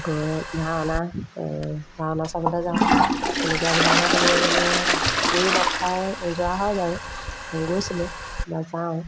আকৌ ভাওনা ভাওনা চাবলৈ যাওঁ তেনেকুৱাবিলাকত আমি মানে দুয়ো লগখাই যোৱা হয় বাৰু গৈছিলোঁ বা যাওঁ